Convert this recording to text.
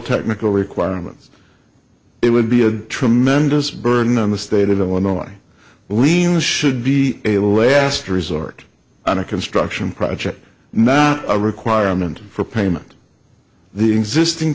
technical requirements it would be a tremendous burden on the state of illinois we should be a last resort on a construction project not a requirement for payment the existing